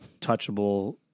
touchable